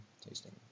tasting